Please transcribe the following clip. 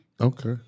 Okay